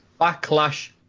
Backlash